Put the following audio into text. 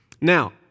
Now